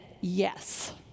yes